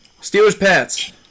Steelers-Pats